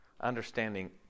understanding